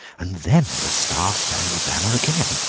and then the star-spangled banner again.